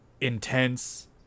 intense